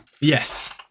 Yes